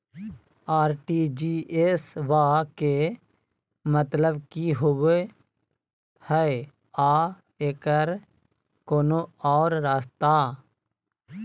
RTGS बा के मतलब कि होबे हय आ एकर कोनो और रस्ता?